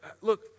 look